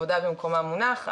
כבודה במקומה מונח,